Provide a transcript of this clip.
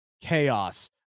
chaos